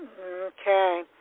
Okay